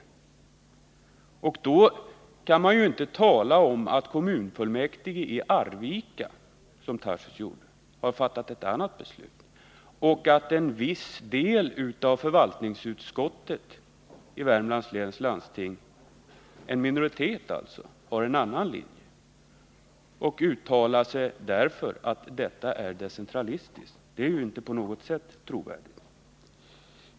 Mot det kan man inte, som Daniel Tarschys gjorde, anföra att kommunfullmäktige i Arvika fattat ett annat beslut och att en viss del — alltså en minoritet — av förvaltningsutskottet i Värmlands läns landsting har en annan linje. Det är inte på något sätt trovärdigt.